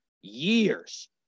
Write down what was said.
years